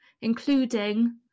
including